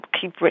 keep